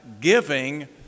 giving